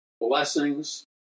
blessings